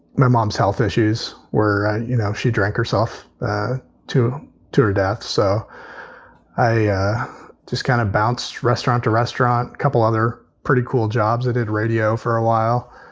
my mom's health issues where, you know, she drank herself ah to to her death. so i just kind of bounced. restaurant, a restaurant, couple other pretty cool jobs, added radio for a while.